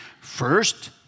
First